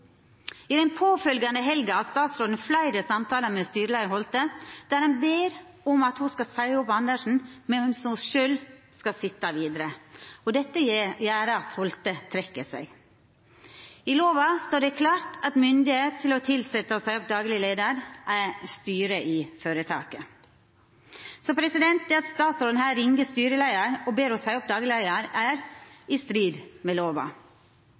I den påfølgjande helga har statsråden fleire samtalar med styreleiar Holte, der han ber om at ho skal seia opp Andersen medan ho sjølv skal sitja vidare. Dette gjer at Holte trekk seg. I lova står det klart at det er styret i føretaket som har mynde til å tilsetja og seia opp dagleg leiar. Det at statsråden her ringjer styreleiaren og ber ho seia opp dagleg leiar, er i strid med lova.